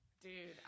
Dude